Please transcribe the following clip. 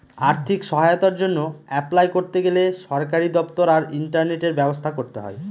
আর্থিক সহায়তার জন্য অ্যাপলাই করতে গেলে সরকারি দপ্তর আর ইন্টারনেটের ব্যবস্থা করতে হয়